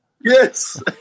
Yes